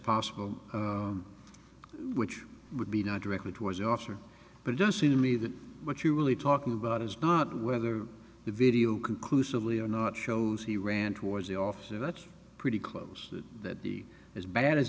possible which would be not directly towards the officer but does seem to me that what you're really talking about is not whether the video conclusively or not shows he ran towards the officer that's pretty close to that be as bad as